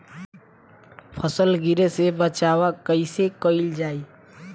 फसल गिरे से बचावा कैईसे कईल जाई?